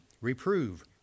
reprove